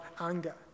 anger